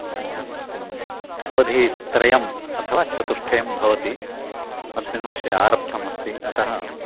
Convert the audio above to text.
किम् अवधित्रयम् अथवा चतुष्टयं भवति अस्मिन् वर्षे आरब्धम् अस्ति अतः